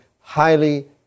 highly